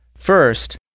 First